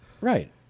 Right